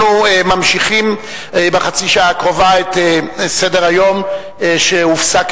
אנחנו ממשיכים בחצי השעה הקרובה את סדר-היום שהופסק